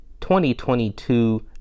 2022